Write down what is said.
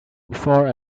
before